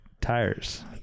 tires